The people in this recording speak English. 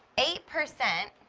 eight percent,